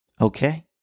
Okay